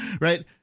right